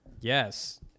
Yes